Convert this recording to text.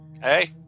Hey